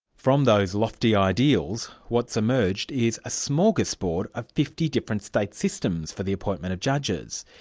from those lofty ideals, what's emerged is a smorgasbord of fifty different state systems for the appointment of judges.